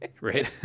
right